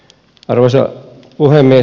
arvoisa puhemies